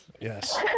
Yes